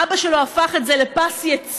אבא שלו הפך את זה לפס ייצור.